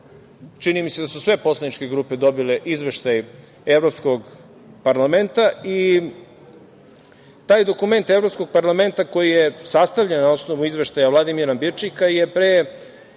čini mi se da su sve poslaničke grupe dobile izveštaj Evropskog parlamenta i taj dokument Evropskog parlamenta koji je sastavljen na osnovu izveštaja Vladimira Bilčika je pre